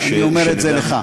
אני אומר את זה לך.